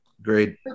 Great